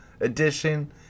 Edition